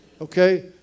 Okay